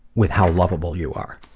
with how loveable you are.